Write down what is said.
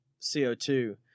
CO2